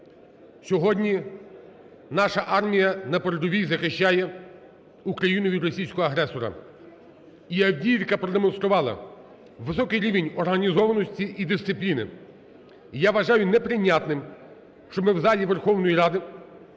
Сьогодні наша армія на передовій захищає Україну від російського агресора. І Авдіївка продемонструвала високий рівень організованості і дисципліни. Я вважаю неприйнятним, щоб ми в залі Верховної Ради